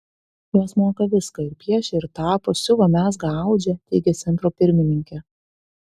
jos moka viską ir piešia ir tapo siuva mezga audžia teigė centro pirmininkė